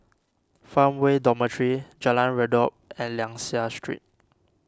Farmway Dormitory Jalan Redop and Liang Seah Street